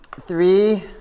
three